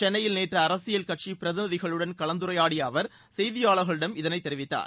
சென்னையில் நேற்று அரசியல் கட்சி பிரதிநிதிகளுடன் கலந்துரையாடிய அவர் செய்தியாளர்களிடம் இதனைத் தெரிவித்தார்